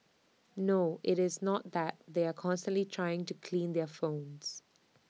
no IT is not that they are constantly trying to clean their phones